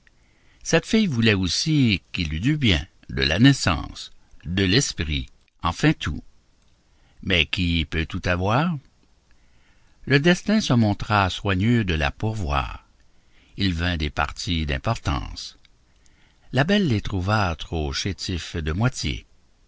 cette fille voulait aussi qu'il eût du bien de la naissance de l'esprit enfin tout mais qui peut tout avoir le destin se montra soigneux de la pourvoir il vint des partis d'importance la belle les trouva trop chétifs de moitié